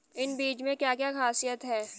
इन बीज में क्या क्या ख़ासियत है?